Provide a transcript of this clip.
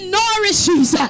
nourishes